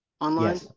online